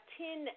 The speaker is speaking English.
ten